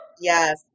Yes